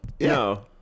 No